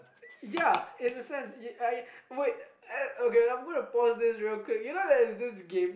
ya in a senseI I wait uh okay I'm gonna pause this real quick you know there is this game